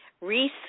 reese